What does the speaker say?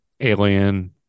alien